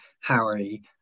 harry